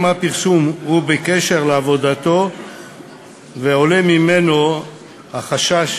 אם הפרסום הוא בקשר לעבודתו ועולה ממנו החשש